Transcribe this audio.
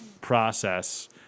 process